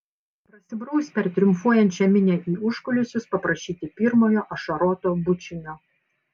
prasibraus per triumfuojančią minią į užkulisius paprašyti pirmojo ašaroto bučinio